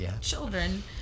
children